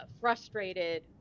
frustrated